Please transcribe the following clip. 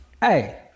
Hey